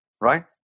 right